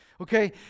Okay